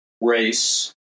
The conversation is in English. race